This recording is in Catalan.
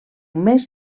més